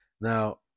now